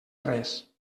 res